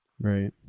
right